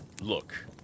Look